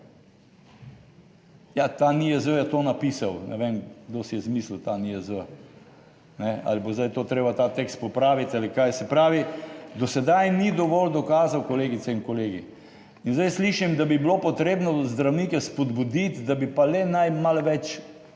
Ja, ta NIJZ je to napisal. Ne vem kdo si je izmislil ta NIJZ? Ali bo zdaj to treba ta tekst popraviti ali kaj? Se pravi, do sedaj ni dovolj dokazov, kolegice in kolegi. In zdaj slišim, da bi bilo potrebno zdravnike spodbuditi, da bi pa le, naj malo več,